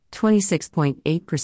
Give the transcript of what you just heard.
26.8%